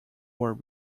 were